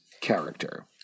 character